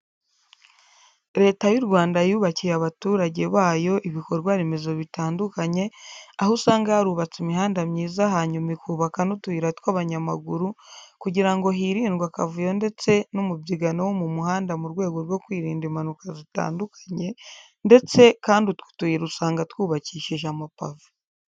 Leta y'u Rwanda yubakiye abaturage bayo ibikorwa remezo bitandukanye, aho usanga yarubatse imihanda myiza hanyuma ikubaka n'utuyira tw'abanyamaguru kugira ngo hirindwe akavuyo ndetse n'umubyigano wo mu muhanda mu rwego rwo kwirinda impanuka zitandukanye ndetse kandi utwo tuyira usanga twubakishije amapave.